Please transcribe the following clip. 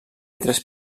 tres